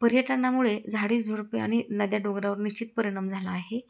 पर्यटनामुळे झाडी झुडपी आ आणि नद्या डोंगरावर निश्चित परिणाम झाला आहे